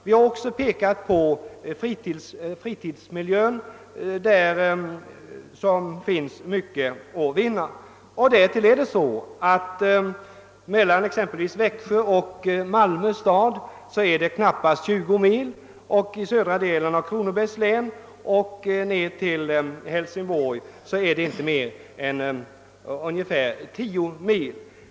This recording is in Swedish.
Vi har också pekat på länets fritidsmiljö, i vilket avseende det finns stora värden att ta till vara. Därtill är det mellan exempelvis Växjö och Malmö knappa 20 mil. Mellan södra delen av Kronobergs län och Hälsingborg är det inte mer än 10 mil.